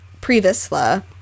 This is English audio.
pre-Visla